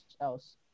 else